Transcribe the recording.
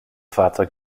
fahrzeug